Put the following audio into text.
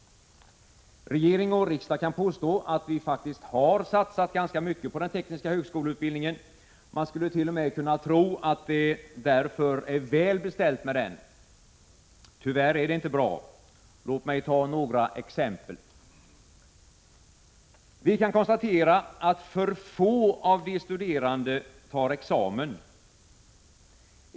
Regering och riksdag kan påstå att vi faktiskt har satsat ganska mycket på den tekniska högskoleutbildningen. Man skulle t.o.m. kunna tro att det därför är väl beställt med den. Tyvärr är det inte bra. Låt mig ta några exempel. Vi kan konstatera att för få av de studerande tar examen.